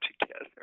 together